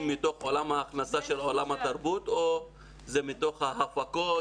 מתוך עולם ההכנסה של עולם התרבות או שזה מתוך ההפקות?